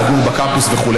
לגור בקמפוס וכו'.